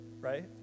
right